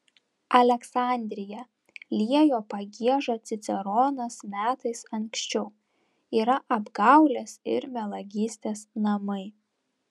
aleksandrija liejo pagiežą ciceronas metais anksčiau yra apgaulės ir melagystės namai